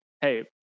hey